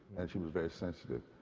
and he was very sensitive.